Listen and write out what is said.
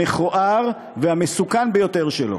המכוער והמסוכן ביותר שלו.